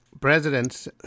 presidents